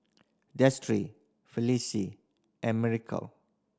Destry Felice and Miracle